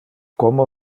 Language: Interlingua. como